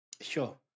sure